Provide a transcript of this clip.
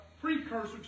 precursor